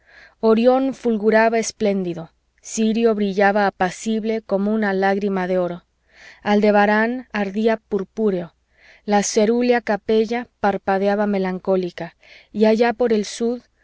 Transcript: orión fulguraba espléndido sirio brillaba apacible como una lágrima de oro aldebarán ardía purpúreo la cerúlea capella parpadeaba melancólica y allá por el sud